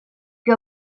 que